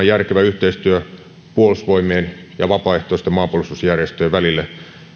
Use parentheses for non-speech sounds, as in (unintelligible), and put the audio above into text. (unintelligible) järkevä yhteistyö puolustusvoimien ja vapaaehtoisten maanpuolustusjärjestöjen välille